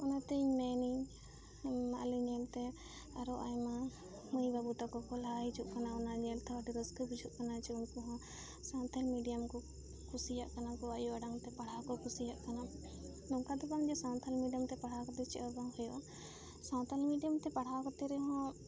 ᱚᱱᱟ ᱛᱮᱧ ᱢᱮᱱᱤᱧ ᱱᱚᱣᱟ ᱟᱞᱮ ᱧᱮᱞ ᱛᱮ ᱟᱨᱚ ᱟᱭᱢᱟ ᱢᱟᱹᱭ ᱵᱟᱹᱵᱩ ᱛᱟᱠᱚ ᱠᱚ ᱞᱟᱦᱟ ᱦᱤᱡᱩᱜ ᱠᱟᱱᱟ ᱚᱱᱟ ᱧᱮᱞᱛᱮ ᱦᱚᱸ ᱟᱹᱰᱤ ᱨᱟᱹᱥᱠᱟᱹ ᱵᱩᱡᱷᱟᱹᱜ ᱠᱟᱱᱟ ᱡᱮ ᱩᱱᱠᱩ ᱦᱚᱸ ᱥᱟᱱᱛᱟᱲᱤ ᱢᱤᱰᱤᱭᱟᱢ ᱠᱚ ᱠᱩᱥᱤᱭᱟᱜ ᱠᱟᱱᱟ ᱠᱚ ᱟᱭᱳ ᱟᱲᱟᱝ ᱛᱮ ᱯᱟᱲᱦᱟᱣ ᱠᱚ ᱠᱩᱥᱤᱭᱟᱜ ᱠᱟᱱᱟ ᱱᱚᱝᱠᱟ ᱫᱚ ᱵᱟᱝ ᱡᱮ ᱥᱟᱱᱛᱟᱲᱤ ᱢᱤᱰᱤᱭᱟᱢ ᱛᱮ ᱯᱟᱲᱦᱟᱣ ᱠᱟᱛᱮ ᱪᱮᱫ ᱦᱚᱸ ᱵᱟᱝ ᱦᱩᱭᱩᱜᱼᱟ ᱥᱟᱱᱛᱟᱲᱤ ᱢᱤᱰᱤᱭᱟᱢ ᱛᱮ ᱯᱟᱲᱦᱟᱣ ᱠᱟᱛᱮ ᱨᱮᱦᱚᱸ